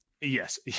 Yes